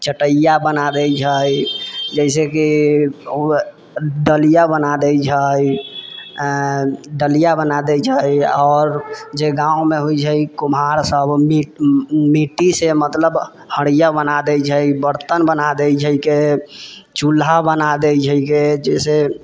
चटैया बनाबै छै जाहिसे कि ओ डलिया बना दै छै डलिया बना दै छै आओर जे गाँवमे होइ छै कुम्हार सभ मिट्टीसँ मतलब हण्डिया बना दै छै बर्तन बना दै छै के चुल्हा बना दै छै के जाहिसे